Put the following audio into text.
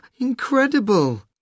Incredible